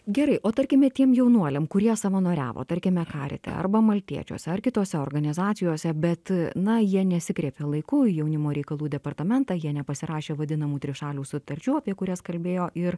gerai o tarkime tiem jaunuoliam kurie savanoriavo tarkime karite arba maltiečiuose ar kitose organizacijose bet na jie nesikreipė laiku į jaunimo reikalų departamentą jie nepasirašė vadinamų trišalių sutarčių apie kurias kalbėjo ir